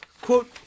Quote